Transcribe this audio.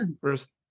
first